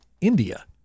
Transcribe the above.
India